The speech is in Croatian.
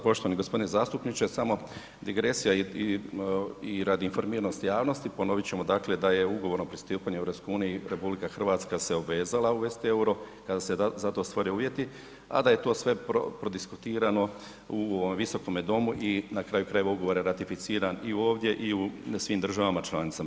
Evo, hvala lijepa poštovani g. zastupniče, samo digresija i radi informiranosti javnosti ponovit ćemo dakle da je Ugovorom o pristupanju EU, RH se obvezala uvesti EUR-o kada se za to stvore uvjeti, a da je to sve prodiskutirano u ovome Visokome domu i na kraju krajeva ugovor je ratificiran i ovdje i na svim državama članicama.